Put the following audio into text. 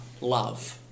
love